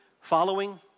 following